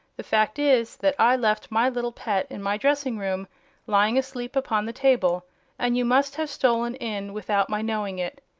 the fact is that i left my little pet in my dressing-room lying asleep upon the table and you must have stolen in without my knowing it.